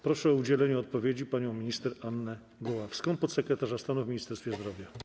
Proszę o udzielenie odpowiedzi panią minister Annę Goławską, podsekretarza stanu w Ministerstwie Zdrowia.